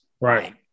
right